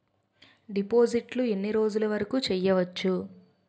డిపాజిట్లు ఎన్ని రోజులు వరుకు చెయ్యవచ్చు?